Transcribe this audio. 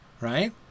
Right